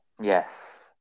yes